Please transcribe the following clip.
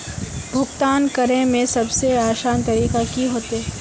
भुगतान करे में सबसे आसान तरीका की होते?